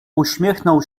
uśmiechnął